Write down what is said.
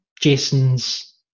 jason's